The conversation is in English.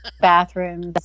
bathrooms